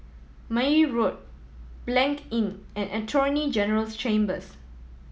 Meyer Road Blanc Inn and Attorney General's Chambers